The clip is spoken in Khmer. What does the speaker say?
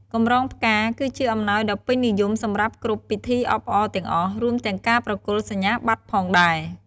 កម្រងផ្កា គឺជាអំណោយដ៏ពេញនិយមសម្រាប់គ្រប់ ពិធីអបអរទាំងអស់ រួមទាំងការប្រគល់សញ្ញាបត្រផងដែរ។